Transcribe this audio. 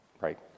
right